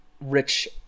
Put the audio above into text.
rich